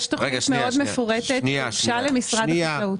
יש תוכנית מפורטת מאוד שהוגשה למשרד החקלאות.